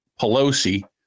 Pelosi